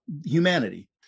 humanity